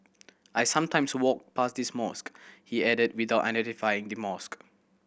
I sometimes walk past this mosque he added without identifying the mosque